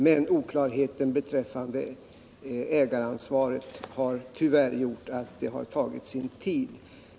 Men oklarheten beträffande ägaransvaret har tyvärr gjort att det har tagit sin tid.